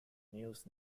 news